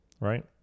right